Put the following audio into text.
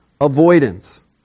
avoidance